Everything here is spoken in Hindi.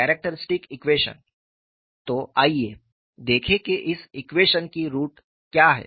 कैरेक्टरिस्टिक ईक्वेशन तो आइए देखें कि इस ईक्वेशन की रुट क्या हैं